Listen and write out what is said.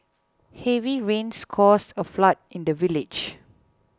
heavy rains caused a flood in the village